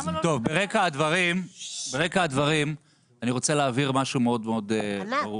ברקע הדברים אני רוצה להבהיר משהו מאוד מאוד ברור.